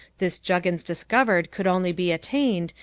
this juggins discovered could only be obtained,